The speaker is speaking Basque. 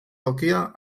tokia